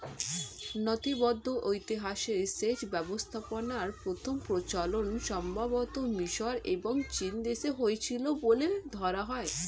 নথিবদ্ধ ইতিহাসে সেচ ব্যবস্থাপনার প্রথম প্রচলন সম্ভবতঃ মিশর এবং চীনদেশে হয়েছিল বলে ধরা হয়